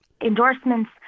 endorsements